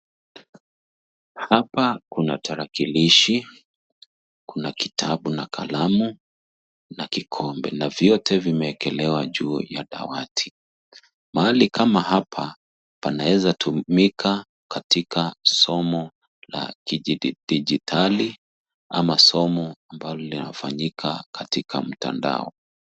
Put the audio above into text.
Hapa kuna tarakilishi, kuna kitabu na kalamu na kikombe na vyote vimewekelewa juu ya dawati. Mahali kama hapa panaweza tumika katika somo la kidijitali ama somo ambalo linafanyika katika mtandao.